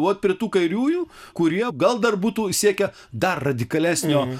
vot prie tų kairiųjų kurie gal dar būtų siekę dar radikalesnio